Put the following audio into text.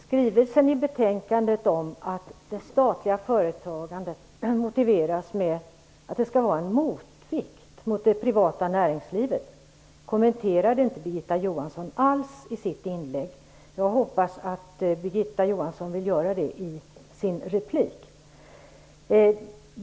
Fru talman! Skrivelsen i betänkandet om att det statliga företagandet motiveras med att det skall vara en motvikt mot det privata näringslivet kommenterade inte Birgitta Johansson alls i sitt inlägg. Jag hoppas att Birgitta Johansson vill göra det i sin replik.